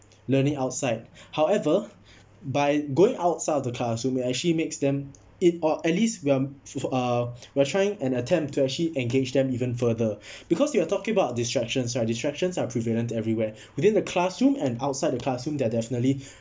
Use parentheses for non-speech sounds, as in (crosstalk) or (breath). learning outside however by going outside of the classroom will actually makes them it or at least we're uh we're trying an attempt to actually engage them even further (breath) because you are talking about distractions right distractions are prevalent everywhere within the classroom and outside the classroom they're definitely